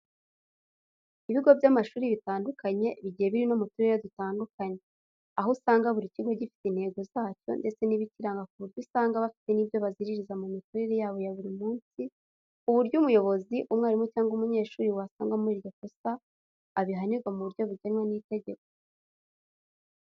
Ibigo by'amashuri bitandukanye bigiye biri no muturere dutandukanye, aho usanga buri kigo gifite intego zacyo ndetse n'ibikiranga ku buryo usanga bafite n'ibyo baziririza mu mikorere yabo ya buri munsi kuburyo umuyobozi, umwarimu cyangwa umunyeshuri wasangwa muri iryo kosa abihanirwa muburyo bugenwa n'itegeko.